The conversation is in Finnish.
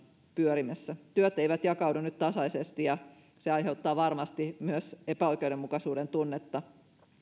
pyörimässä työt eivät jakaudu nyt tasaisesti ja se aiheuttaa varmasti myös epäoikeudenmukaisuuden tunnetta